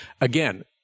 again